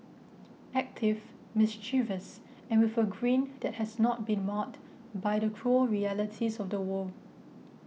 active mischievous and with a grin that has not been marred by the cruel realities of the world